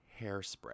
Hairspray